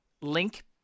link